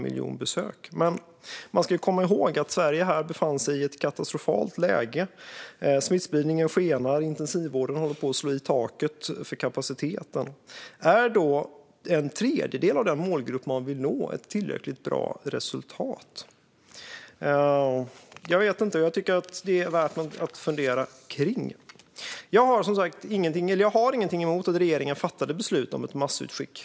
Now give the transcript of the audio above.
Men man ska komma ihåg att Sverige befann sig i ett katastrofalt läge där smittspridningen skenade och intensivvården häll på att slå i kapacitetstaket. Är då en tredjedel av den målgrupp man vill nå ett tillräckligt bra resultat? Jag vet inte. Jag tycker att det är värt att fundera på. Jag har ingenting emot att regeringen fattade beslut om ett massutskick.